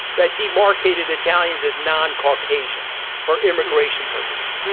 that demarcated italians as non caucasian for immigration purposes.